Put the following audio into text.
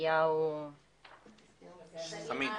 חזקיהו סאמין.